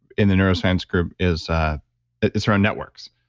in the neuroscience group is ah is around networks.